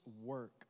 work